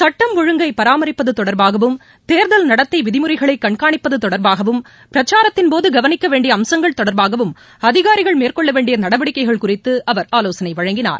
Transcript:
சுட்டம் ஒழுங்கை பராமரிப்பது தொடர்பாகவும் தேர்தல் நடத்தை விதிமுறைகளை கண்காணிப்பது தொடர்பாகவும் பிரச்சாரத்தின்போது கவனிக்க வேண்டிய அம்சங்கள் தொடர்பாகவும் அதிகாரிகள் மேற்கொள்ள வேண்டிய நடவடிக்கைகள் குறித்து அவர் ஆலோசனை நடத்தினார்